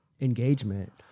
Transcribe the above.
engagement